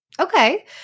Okay